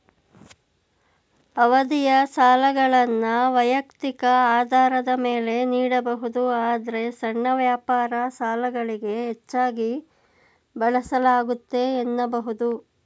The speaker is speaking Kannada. ಅವಧಿಯ ಸಾಲಗಳನ್ನ ವೈಯಕ್ತಿಕ ಆಧಾರದ ಮೇಲೆ ನೀಡಬಹುದು ಆದ್ರೆ ಸಣ್ಣ ವ್ಯಾಪಾರ ಸಾಲಗಳಿಗೆ ಹೆಚ್ಚಾಗಿ ಬಳಸಲಾಗುತ್ತೆ ಎನ್ನಬಹುದು